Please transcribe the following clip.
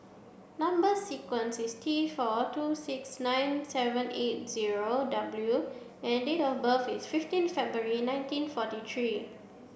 number sequence is T four two six nine seven eight zero W and date of birth is fifteen February nineteen forty three